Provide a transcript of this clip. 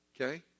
Okay